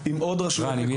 עם עוד רשויות מקומיות.